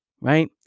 right